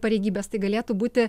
pareigybes tai galėtų būti